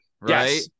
right